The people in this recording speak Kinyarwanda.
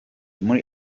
muri